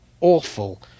awful